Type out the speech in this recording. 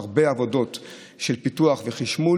ברכבת ישראל הרבה עבודות של פיתוח וחשמול,